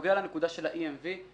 בנוגע לנקודה של ה-EMV.